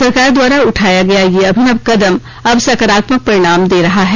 सरकार द्वारा उठाया गया यह अभिनव कदम अब सकारात्मक परिणाम दे रहा है